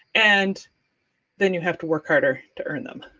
and then you have to work harder to earn them.